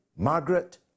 Margaret